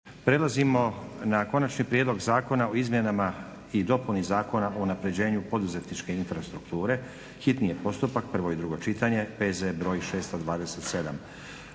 (SDP)** Konačni prijedlog zakona o izmjenama i dopuni Zakona o unapređenju poduzetničke infrastrukture, hitni postupak, prvo i drugo čitanje, P.Z. br. 627.